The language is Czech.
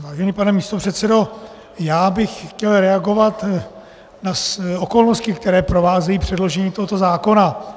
Vážený pane místopředsedo, já bych chtěl reagovat na okolnosti, které provázejí předložení tohoto zákona.